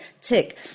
tick